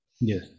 Yes